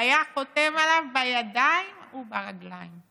הוא היה חותם עליו בידיים וברגליים.